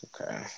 Okay